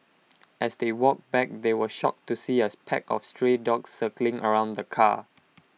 as they walked back they were shocked to see as pack of stray dogs circling around the car